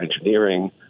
engineering